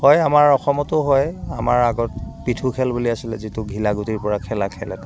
হয় আমাৰ অসমতো হয় আমাৰ আগত পিথু খেল বুলি আছিলে যিটো ঘিলা গুটিৰপৰা খেলা খেলে তাক